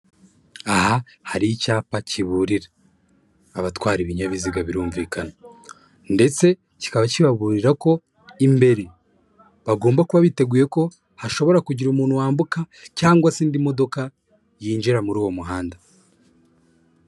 Aha hari icyapa kiburira abatwara ibinyabiziga birumvikana ndetse kikaba kibaburira ko imbere bagomba kuba biteguye ko hashobora kugira umuntu wambuka cyangwa se indi modoka yinjira muri uwo muhanda.